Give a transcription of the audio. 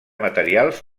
materials